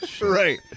Right